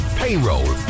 payroll